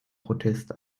protest